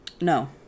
No